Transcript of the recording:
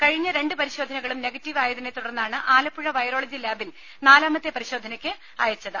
കഴിഞ്ഞ രണ്ട് പരിശോധനകളും നെഗറ്റീവ് ആയതിനെ തുടർന്നാണ് ആലപ്പുഴ വൈറോളജി ലാബിൽ നാലാമത്തെ പരിശോധനയ്ക്ക് അയച്ചത്